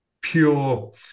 pure